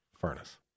furnace